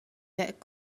that